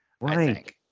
Right